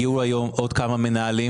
הגיעו היום עוד כמה מנהלים,